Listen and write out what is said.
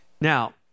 Now